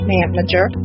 Manager